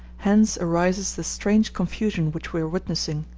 hence arises the strange confusion which we are witnessing.